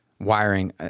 wiring